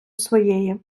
своєї